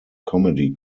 comedy